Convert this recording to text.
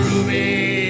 Ruby